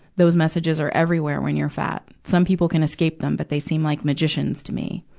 those messages are everywhere when you're fat. some people can escape them, but they seem like magicians to me.